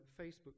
Facebook